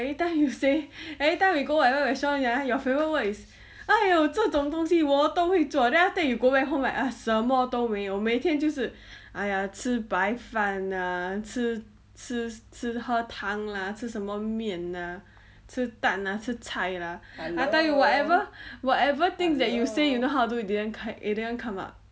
every time you say every time we go whatever restaurant ah your favourite word is !aiyo! 这种东西我都会做 then after that you go back home ah 什么都没有每天就是 !aiya! 吃白饭 ah 吃吃吃喝汤 lah 吃什么面 ah 吃蛋 ah 吃菜 ah I tell you whatever whatever things that you will say you know how do you didn't it didn't come up